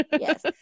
Yes